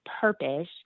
purpose